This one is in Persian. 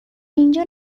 اینجا